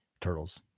turtles